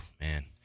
Man